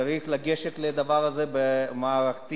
צריך לגשת לדבר הזה במערכתיות,